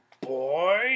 Boy